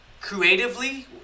creatively